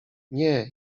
nie